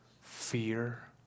Fear